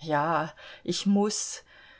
ja ich muß